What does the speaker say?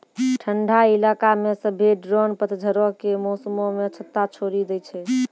ठंडा इलाका मे सभ्भे ड्रोन पतझड़ो के मौसमो मे छत्ता छोड़ि दै छै